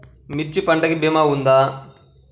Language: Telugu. మిర్చి పంటకి భీమా ఉందా?